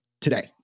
today